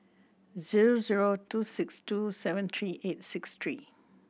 zero zero two six two seven three eight six three